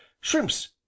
shrimps